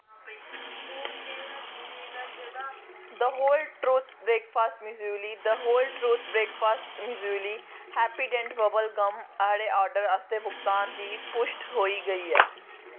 the whole truth breakfast muesli the whole truth breakfast muesli Happydent bubble gum आह्ले order आस्तै भुगतान दी पुश्ट होई गेई ऐ